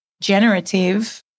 generative